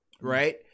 right